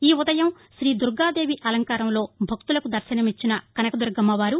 ఈ ఉదయం కీ దుర్గాదేవి అలంకారంలో భక్తులకు దర్శనమిచ్చిన కనకదుర్గమ్మ వారు